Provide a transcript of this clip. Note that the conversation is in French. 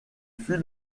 fut